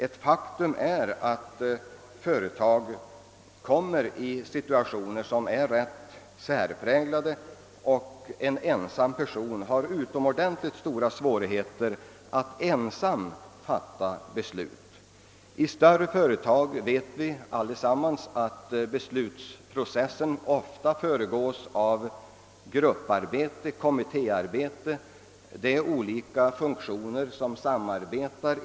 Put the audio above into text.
Ett faktum är att företag kommer i situationer som är rätt särpräglade, och en person har utomordentligt stora svårigheter att i dessa sammanhang ensam fatta beslut. Vi vet att besluten i större företag ofta föregås av överväganden inom en arbetsgrupp eller genom förberedelser av kommittéarbete.